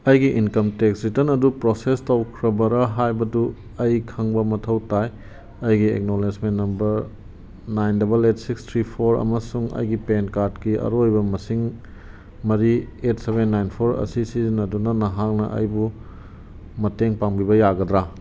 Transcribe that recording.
ꯑꯩꯒꯤ income tax return ꯑꯗꯨ process ꯇꯧꯈ꯭ꯔꯕꯔ ꯍꯥꯏꯕꯗꯨ ꯑꯩ ꯈꯪꯕ ꯃꯊꯧ ꯇꯥꯏ ꯑꯩꯒꯤ acknowledgement number nine double eight six three four ꯑꯃꯁꯨꯡ ꯑꯩꯒꯤ ꯄꯦꯟ ꯀꯥꯔꯗꯀꯤ ꯑꯔꯣꯏꯕ ꯃꯁꯤꯡ ꯃꯔꯤ ꯑꯦꯠ ꯁꯕꯦꯟ ꯅꯥꯏꯟ ꯐꯣꯔ ꯑꯁꯤ ꯁꯤꯖꯤꯟꯅꯗꯨꯅ ꯅꯍꯥꯛꯅ ꯑꯩꯕꯨ ꯃꯇꯦꯡ ꯄꯥꯡꯕꯤꯕ ꯌꯥꯒꯗ꯭ꯔ